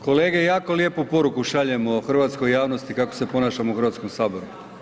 Kolege jako lijepu poruku šaljemo hrvatskoj javnosti kako se ponašamo u Hrvatskom saboru.